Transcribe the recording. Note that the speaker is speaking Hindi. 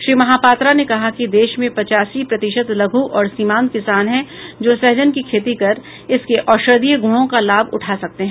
श्री महापात्रा ने कहा है कि देश में पचासी प्रतिशत लधु और सीमांत किसान है जो सहजन की खेती कर इसके औश्धीय गुणों का लाभ उठा सकते हैं